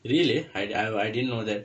really I d~ I I didn't know that